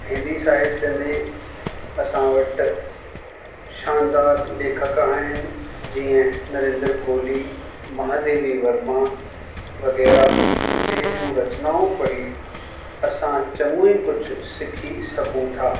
हिंदी साहित्य में असां वटि शानदार लेखक आहिनि जीअं नरेंद्र कोहली महादेवी वर्मा वग़ैरह जंहिंजूं रचनाऊं पढ़ी असां चङो ई कुझु सिखी सघूं था